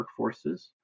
workforces